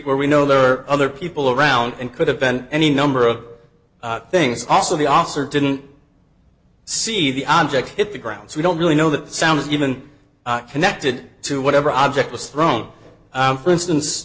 where we know there are other people around and could have been any number of things also the officer didn't see the object hit the ground so we don't really know that sounds even connected to whatever object was thrown in for instance